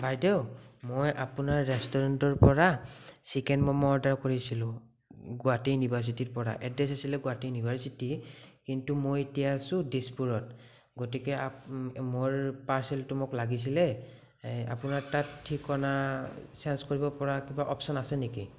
বাইদেউ মই আপোনাৰ ৰেষ্টুৰেণ্টৰ পৰা চিকেন মম' অৰ্ডাৰ কৰিছিলোঁ গুৱাহাটী ইনিভাৰৰ্ছিটিৰ পৰা এড্ৰেছ আছিলে গুৱাহাটী ইনিভাৰৰ্ছিটি কিন্তু মই এতিয়া আছোঁ দিছপুৰত গতিকে মোৰ পাৰ্চেলটো মোক লাগিছিলে আপোনাৰ তাত ঠিকনা চেঞ্জ কৰিব পৰা কিবা অপচন আছে নেকি